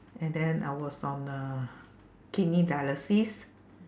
and then I was on uh kidney dialysis